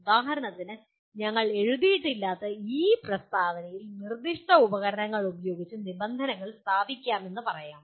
ഉദാഹരണത്തിന് ഞങ്ങൾ എഴുതിയിട്ടില്ലാത്ത ഈ പ്രസ്താവനയിൽ നിർദ്ദിഷ്ട ഉപകരണങ്ങൾ ഉപയോഗിച്ച് നിബന്ധനകൾ സ്ഥാപിക്കാമെന്ന് പറയാം